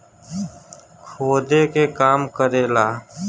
खोदे के काम करेला